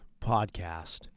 podcast